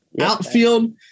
outfield